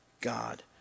God